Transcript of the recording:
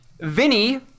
Vinny